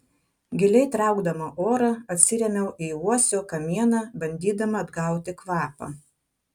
giliai traukdama orą atsirėmiau į uosio kamieną bandydama atgauti kvapą